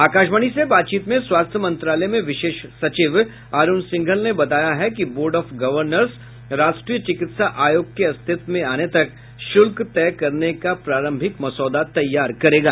आकाशवाणी से बातचीत में स्वास्थ्य मंत्रालय में विशेष सचिव अरुण सिंघल ने बताया है कि बोर्ड ऑफ गवर्नर्स राष्ट्रीय चिकित्सा आयोग के अस्तित्व में आने तक शुल्क तय करने का प्रारम्भिक मसौदा तैयार करेगा